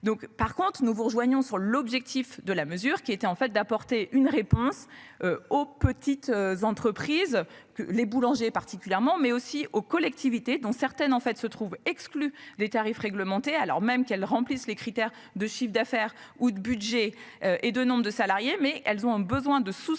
par contre, nous vous rejoignons sur l'objectif de la mesure qui était en fait d'apporter une réponse. Aux petites entreprises que les boulangers particulièrement mais aussi aux collectivités, dont certaines en fait se trouvent exclus des tarifs réglementés, alors même qu'elles remplissent les critères de chiffre d'affaires ou de budget et de nombre de salariés mais elles ont un besoin de souscrire une